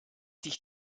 dich